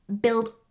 build